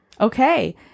Okay